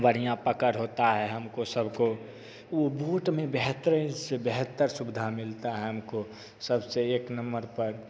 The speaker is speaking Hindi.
बढिया पकड़ होता है हमको सबको वो बोट में बेहतरीन से बेहतर सुविधा मिलता है हमको सबसे एक नम्मर पर